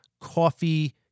coffee